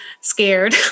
scared